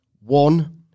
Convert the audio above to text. One